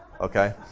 okay